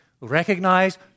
Recognize